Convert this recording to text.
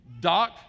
Doc